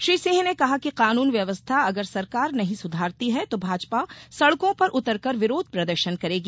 श्री सिंह ने कहा है कि कानून व्यवस्था अगर सरकार नहीं सुधारती है तो भाजपा सड़कों पर उतरकर विरोध प्रदर्शन करेगी